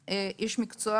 אף איש מקצוע